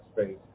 space